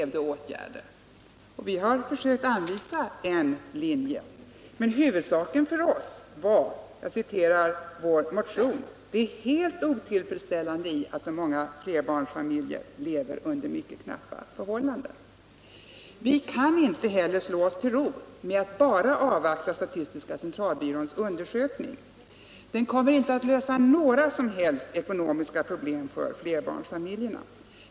Vi har försökt anvisa en linje, men huvudsaken för oss var — och jag citerar ur vår motion — ”det helt otillfredsställande i att så många flerbarnsfamiljer lever under mycket knappa förhållanden”. Vi kan inte heller slå oss till ro med att bara avvakta statistiska centralbyråns undersökning. Den kommer inte att lösa några som helst ekonomiska problem för flerbarnsfamiljerna.